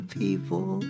people